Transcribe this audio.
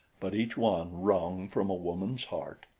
but each one wrung from a woman's heart.